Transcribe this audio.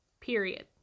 period